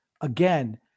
again